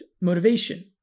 motivation